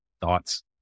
thoughts